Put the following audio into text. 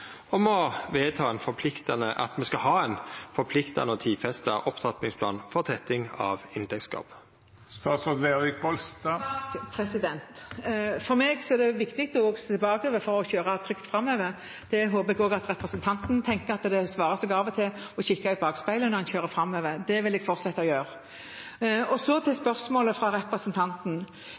at me skal ha ein forpliktande og tidfesta opptrappingsplan for tetting av inntektsgapet? For meg er det viktig også å se bakover for å kjøre trygt framover. Jeg håper også representanten tenker at det svarer seg av og til å kikke i bakspeilet når han kjører framover. Det vil jeg fortsette å gjøre. Så til spørsmålet fra representanten.